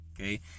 okay